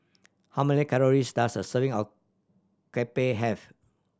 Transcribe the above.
how many calories does a serving of have